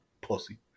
Pussy